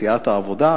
סיעת העבודה,